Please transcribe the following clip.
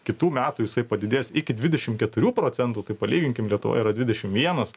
kitų metų jisai padidės iki dvidešim keturių procentų tai palyginkim lietuvoj yra dvidešim vienas